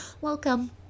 welcome